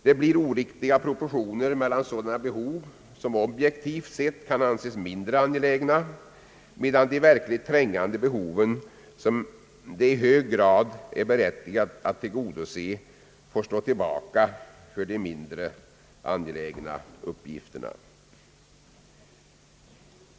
Det blir oriktiga proportioner mellan sådana behov som objektivt sett kan anses mindre angelägna medan de verkligt trängande behoven, som det är i hög grad berättigat att tillgodose, får stå tillbaka för de mindre angelägna uppgifterna.